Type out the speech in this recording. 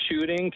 shooting